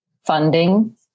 funding